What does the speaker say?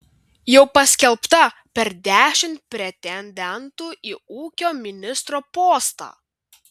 jau paskelbta per dešimt pretendentų į ūkio ministro postą